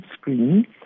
screen